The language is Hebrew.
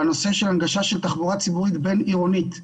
בנושא של הנגשה של תחבורה ציבורית בין עירונית,